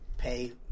Pay